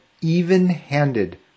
even-handed